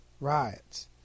riots